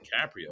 DiCaprio